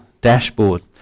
dashboard